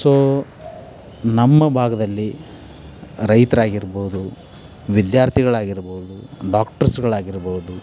so ನಮ್ಮ ಭಾಗದಲ್ಲಿ ರೈತರಾಗಿರ್ಬೋದು ವಿದ್ಯಾರ್ಥಿಗಳಾಗಿರ್ಬೋದು ಡಾಕ್ಟರ್ಸ್ಗಳಾಗಿರ್ಬೋದು